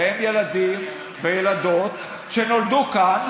ובהם ילדים וילדות שנולדו כאן.